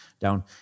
down